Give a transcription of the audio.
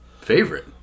Favorite